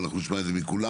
ואנחנו נשמע את זה מכולם,